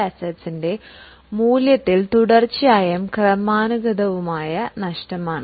ഇത് സ്ഥിര ആസ്തികളുടെ മൂല്യത്തിൽ തുടർച്ചയായതും ക്രമാനുഗതവുമായ നഷ്ടമാണ്